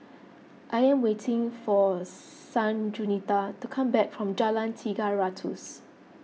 I am waiting for Sanjuanita to come back from Jalan Tiga Ratus